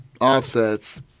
offsets